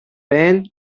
pan